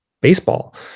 baseball